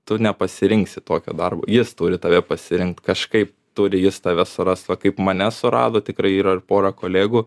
tu nepasirinksi tokio darbo jis turi tave pasirinkt kažkaip turi jis tave surast va kaip mane surado tikrai yra ir pora kolegų